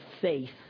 faith